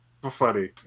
Funny